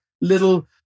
little